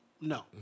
no